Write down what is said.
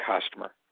customer